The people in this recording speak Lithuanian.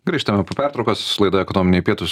grįžtame po pertraukos laida ekonominiai pietūs